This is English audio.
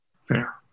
fair